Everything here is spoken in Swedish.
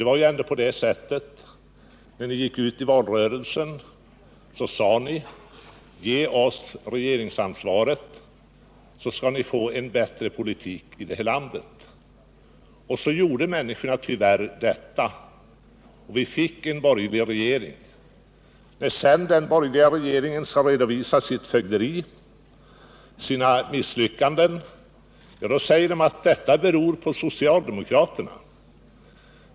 Det var ändå på det sättet att när ni gick ut i valrörelsen sade ni: Ge oss regeringsansvaret, så skall ni få en bättre politik i det här landet! Människorna — Nr 56 gjorde tyvärr detta, och så fick vi en borgerlig regering. Men när sedan den borgerliga regeringens företrädare skall redovisa sitt fögderi och sina misslyckanden säger de att misstagen beror på socialdemokraterna.